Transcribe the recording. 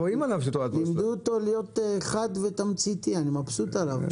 לימדו אותו להיות חד ותמציתי, אני מבסוט עליו.